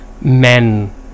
men